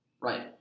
Right